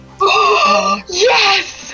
Yes